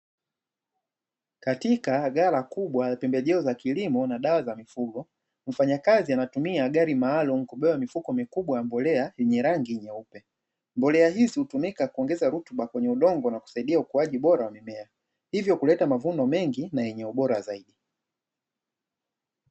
Katika ghala kubwa la pembejeo za kilimo na dawa za mifugo. Mfanyakazi anatumia gari maalumu kubeba mifuko mikubwa ya mbolea yenye rangi nyeupe. Mbolea hizi hutumika kuongeza rutuba kweye udongo na kusaidia ukuaji bora wa mimea hivyo kuleta mavuno mengi na yenye ubora zaidi.